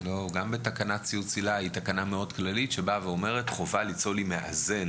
בין אם זה הקטין שההורה שלו ממלא,